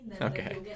Okay